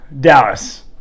Dallas